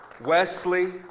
Wesley